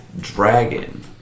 dragon